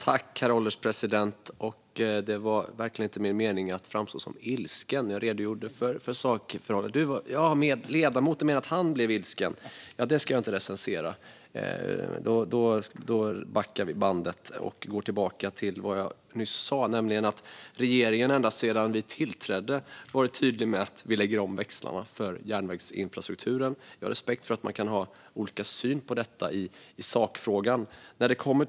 Herr ålderspresident! Regeringen har ända sedan den tillträdde varit tydlig med att växlarna för järnvägsinfrastrukturen läggs om. Men jag har respekt för att man kan ha olika syn i sakfrågan.